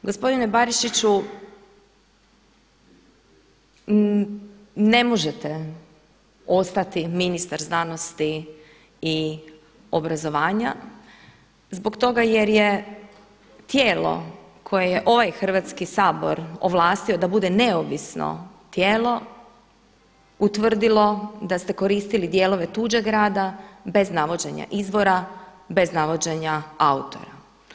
Gospodine Barišiću ne možete ostati ministar znanosti i obrazovanja zbog toga jer je tijelo koje je ovaj Hrvatski sabor ovlastio da bude neovisno tijelo utvrdilo da ste koristili dijelove tuđeg rada bez navođenja izvora, bez navođenja autora.